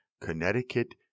Connecticut